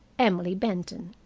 emily benton.